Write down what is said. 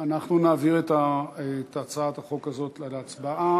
אנחנו נעביר את הצעת החוק הזאת להצבעה.